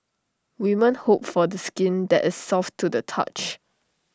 women hope for skin that is soft to the touch